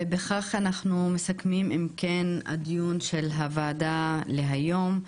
בכך אנחנו מסכמים אם כן את הדיון של הוועדה להיום.